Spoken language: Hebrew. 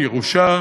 ירושה,